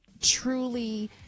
truly